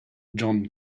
john